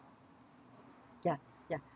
ya ya